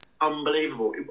unbelievable